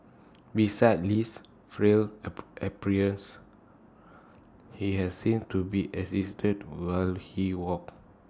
besides Li's frail app appearance he has seen to be assisted while he walked